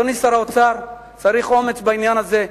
אדוני שר האוצר, צריך אומץ בעניין הזה.